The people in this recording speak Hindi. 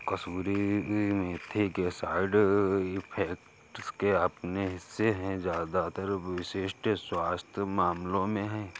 कसूरी मेथी के साइड इफेक्ट्स के अपने हिस्से है ज्यादातर विशिष्ट स्वास्थ्य मामलों में है